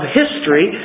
history